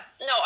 no